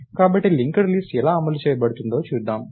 కాబట్టి linked list ఎలా అమలు చేయబడుతుందో చూద్దాం